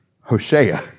Hosea